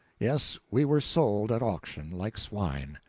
yes, we were sold at auction, like swine.